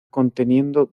conteniendo